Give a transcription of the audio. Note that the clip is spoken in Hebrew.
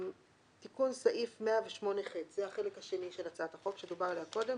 תיקון סעיף 108ח זה החלק השני של הצעת החוק שדובר עליה קודם.